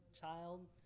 child